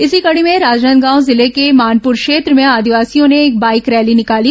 इसी कडी में राजनांदगांव जिले के मानपुर क्षेत्र में आदिवासियों ने एक बाईक रैली निकाली